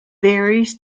varies